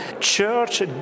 church